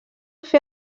fer